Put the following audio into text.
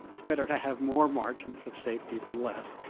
it's better to have more margins of safety than less.